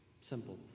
Simple